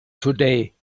today